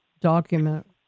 document